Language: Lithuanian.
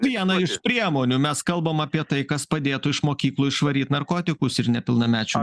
vieną iš priemonių mes kalbam apie tai kas padėtų iš mokyklų išvaryt narkotikus ir nepilnamečių